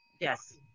Yes